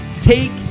Take